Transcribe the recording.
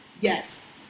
Yes